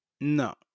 No